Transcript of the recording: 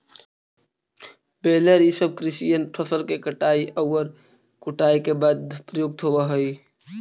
baler इ सब कृषि यन्त्र फसल के कटाई औउर कुटाई के बाद प्रयुक्त होवऽ हई